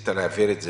שניסית להעביר את זה,